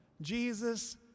Jesus